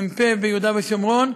מ"פ ביהודה ושומרון,